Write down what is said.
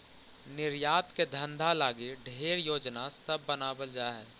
निर्यात के धंधा लागी ढेर योजना सब बनाबल जा हई